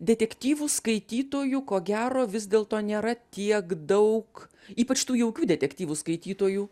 detektyvų skaitytojų ko gero vis dėlto nėra tiek daug ypač tų jaukių detektyvų skaitytojų